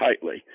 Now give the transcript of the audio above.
tightly